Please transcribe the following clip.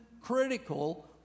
critical